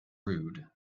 rude